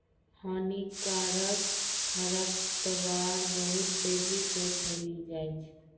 हानिकारक खरपतवार बहुत तेजी से फैली जाय छै